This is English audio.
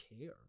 care